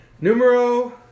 Numero